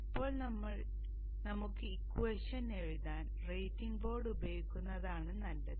ഇപ്പോൾ നമുക്ക് ഇക്വാഷൻ എഴുതാൻ റൈറ്റിങ് ബോർഡ് ഉപയോഗിക്കുന്നതാണ് നല്ലത്